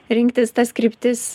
rinktis tas kryptis